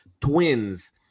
twins